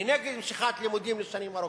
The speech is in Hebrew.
אני נגד משיכת לימודים שנים ארוכות.